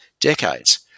decades